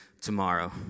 tomorrow